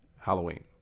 Halloween